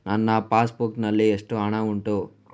ನನ್ನ passbook ನಲ್ಲಿ ಎಷ್ಟು ಹಣ ಉಂಟು?